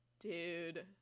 dude